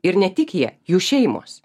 ir ne tik jie jų šeimos